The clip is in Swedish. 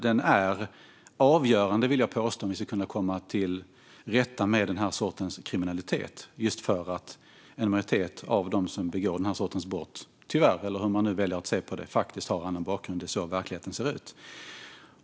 Den frågan är nämligen avgörande för att komma till rätta med den här sortens kriminalitet, just för att en majoritet av dem som begår dessa brott tyvärr - eller hur man nu väljer att se på det - har en annan bakgrund. Det är så verkligheten ser ut.